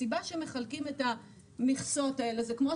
הסיבה שמחלקים את המכסות האלו זה כדי